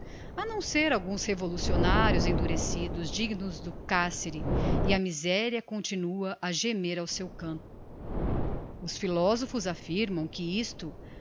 a não ser alguns revolucionarios endurecidos dignos do carcere e a miseria continúa a gemer ao seu canto os philosophos affirmam que isto